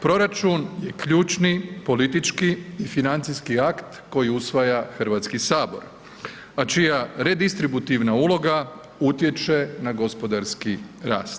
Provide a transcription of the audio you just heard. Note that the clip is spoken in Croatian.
Proračun je ključni, politički i financijski akt koji usvaja Hrvatski sabor, a čija redistributivna uloga utječe na gospodarski rast.